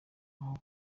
aho